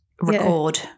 record